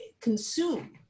consume